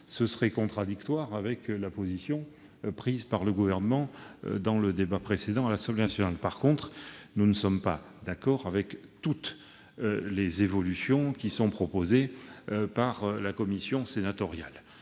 ce serait contradictoire avec la position du Gouvernement dans le débat qui s'est tenu précédemment à l'Assemblée nationale. En revanche, nous ne sommes pas d'accord avec toutes les évolutions qui sont proposées par la commission sénatoriale.